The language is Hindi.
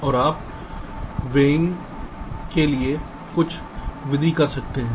और आप नेट वेइग के लिए कुछ विधि भी कर सकते हैं